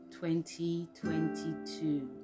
2022